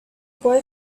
boy